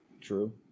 True